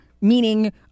meaning